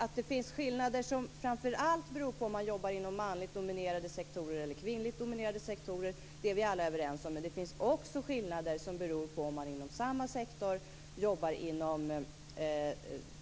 Att det finns skillnader som framför allt beror på om man jobbar inom manligt dominerade sektorer eller inom kvinnligt dominerade sektorer är vi alla överens om, men det finns också skillnader som beror på om man inom samma sektor arbetar för en